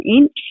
inch